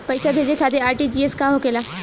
पैसा भेजे खातिर आर.टी.जी.एस का होखेला?